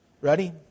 Ready